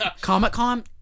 Comic-Con